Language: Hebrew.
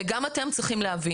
גם אתם צריכים להבין,